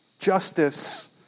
justice